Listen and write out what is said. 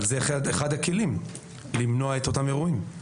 אבל זה אחד הכלים למנוע את אותם אירועים.